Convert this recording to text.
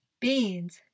beans